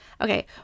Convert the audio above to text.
Okay